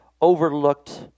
overlooked